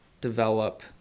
develop